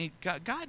God